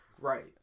right